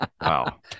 Wow